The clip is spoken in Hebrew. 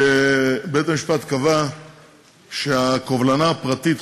ובית-המשפט קבע שהקובלנה הפרטית,